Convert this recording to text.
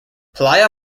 playa